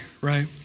right